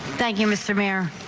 thank you mister mayor.